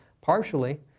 partially